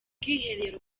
bwiherero